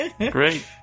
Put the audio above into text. Great